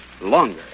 longer